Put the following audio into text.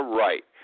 right